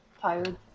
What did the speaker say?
tired